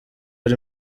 ari